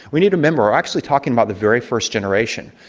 we need to remember we're actually talking about the very first generation.